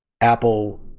Apple